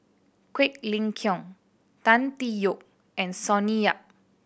Quek Ling Kiong Tan Tee Yoke and Sonny Yap